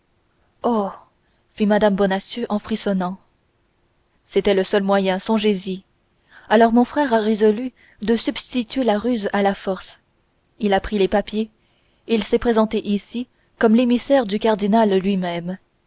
fit mme bonacieux en frissonnant c'était le seul moyen songez-y alors mon frère a résolu de substituer la ruse à la force il a pris les papiers il s'est présenté ici comme l'émissaire du cardinal lui-même